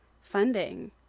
funding